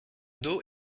dos